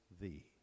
thee